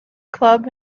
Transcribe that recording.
club